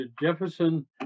Jefferson